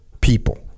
people